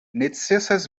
necesas